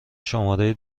شماره